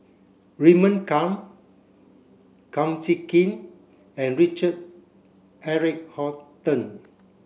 Raymond Kang Kum Chee Kin and Richard Eric Holttum